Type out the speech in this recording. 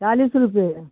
चालीस रुपये